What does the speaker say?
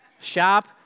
shop